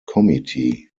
committee